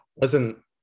Listen